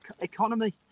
economy